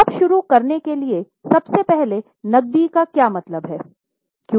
अब शुरू करने के लिए सबसे पहले नक़दी से क्या मतलब है